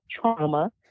trauma